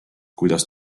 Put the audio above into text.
kuidas